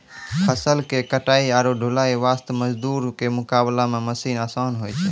फसल के कटाई आरो ढुलाई वास्त मजदूर के मुकाबला मॅ मशीन आसान होय छै